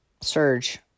surge